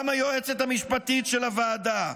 גם היועצת המשפטית של הוועדה,